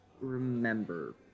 remember